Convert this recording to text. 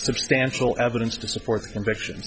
substantial evidence to support the conviction